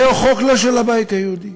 זה לא חוק של הבית היהודי,